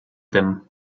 them